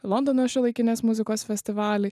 londono šiuolaikinės muzikos festivalį